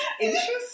Interesting